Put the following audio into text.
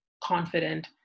confident